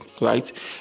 right